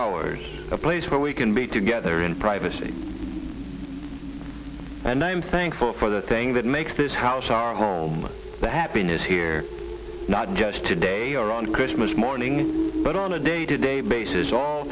ours a place where we can be together in privacy and i'm thankful for the thing that makes this house our home the happiness here not just today or on christmas morning but on a day to day basis all